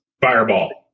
Fireball